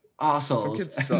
assholes